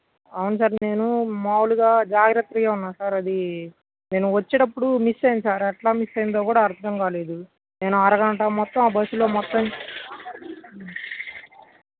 అవును సార్ నేను మామూలుగా జాగ్రత్తగే ఉన్నా సార్ అది నేను వచ్చేటప్పుడు మిస్ అయ్యింది సార్ ఎట్లా మిస్ అయిందో కూడా అర్థం కాలేదు నేను అరగంట మొత్తం ఆ బస్సులో మొత్తం